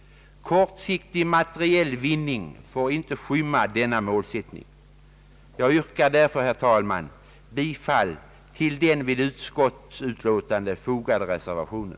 Kortsiktig materiell vinning får inte skymma denna målsättning. Jag yrkar därför bifall till den vid utskottsutlåtandet fogade reservationen.